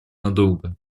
надолго